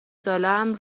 سالهام